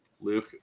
Luke